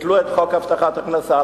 ביטלו את חוק הבטחת הכנסה,